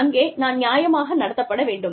அங்கே நான் நியாயமாக நடத்தப்பட வேண்டும்